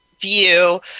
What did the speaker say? view